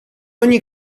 ogni